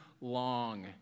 long